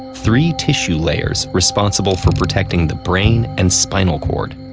three tissue layers responsible for protecting the brain and spinal cord.